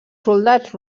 soldats